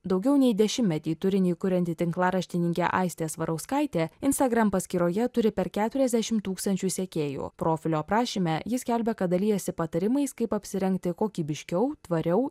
daugiau nei dešimtmetį turinį kurianti tinklaraštininkė aistė svarauskaitė instagram paskyroje turi per keturiasdešimt tūkstančių sekėjų profilio aprašyme ji skelbia kad dalijasi patarimais kaip apsirengti kokybiškiau tvariau